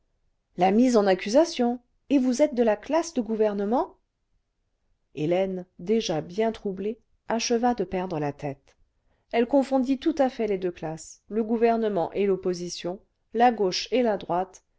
la mise en accusation et vous êtes de la classe de gouvernement hélène déjà bien troublée acheva cle perdre la tête elle confondit tout à fait les deux classes le gouvernement et l'opposition la gauche et la droite